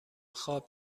خواب